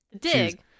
dig